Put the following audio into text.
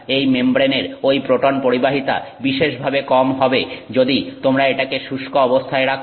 এই মেমব্রেনের ঐ প্রোটন পরিবাহিতা বিশেষভাবে কম হবে যদি তোমরা এটাকে শুষ্ক অবস্থায় রাখো